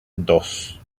dos